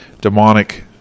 demonic